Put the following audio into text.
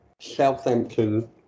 Southampton